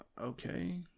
okay